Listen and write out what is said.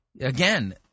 Again